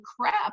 crap